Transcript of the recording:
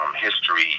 history